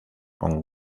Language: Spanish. con